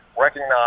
recognize